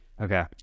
Okay